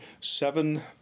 seven